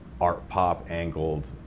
art-pop-angled